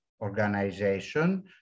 organization